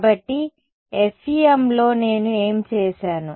కాబట్టి FEMలో నేను ఏమి చేసాను